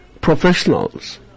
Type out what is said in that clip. professionals